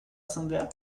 somewhere